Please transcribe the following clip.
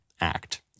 Act